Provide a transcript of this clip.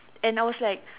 and I was like